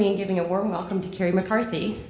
mean giving a warm welcome to carrie mccarthy